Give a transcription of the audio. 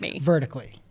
vertically